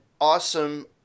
awesome